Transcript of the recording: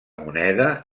moneda